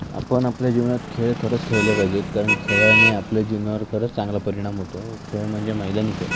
आपण आपल्या जीवनात खेळ खरंच खेळले पाहिजेत कारण खेळाने आपल्या जीवनावर खरंच चांगला परिणाम होतो खेळ म्हणजे मैदानी खेळ